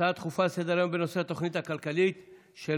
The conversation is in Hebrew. הצעות דחופות לסדר-היום בנושא: התוכנית הכלכלית של